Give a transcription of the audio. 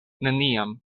neniam